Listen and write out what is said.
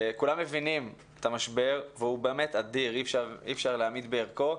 כולם מבינים את המשבר והוא באמת אדיר ואי-אפשר להמעיט בערכו.